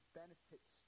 benefits